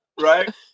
right